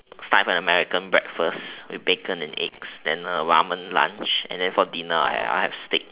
start with an American breakfast with bacon and eggs then ramen lunch and then for dinner I will have steak